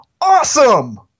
awesome